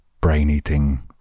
brain-eating